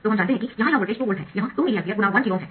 तो हम जानते है कि यहां यह वोल्टेज 2 वोल्ट है यह 2mA×1 KΩ है